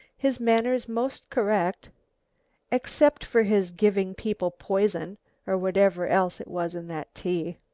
his manners most correct except for his giving people poison or whatever else it was in that tea.